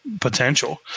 potential